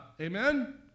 Amen